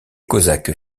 cosaques